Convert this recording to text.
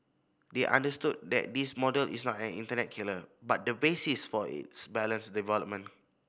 they understood that this model is not an internet killer but the basis for its balanced development